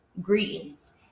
greetings